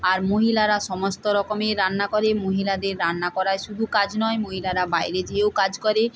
আর মহিলারা সমস্ত রকমই রান্না করে মহিলাদের রান্না করাই শুধু কাজ নয় মহিলারা বাইরে যেয়েও কাজ করে